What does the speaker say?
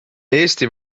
eesti